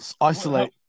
isolate